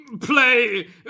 play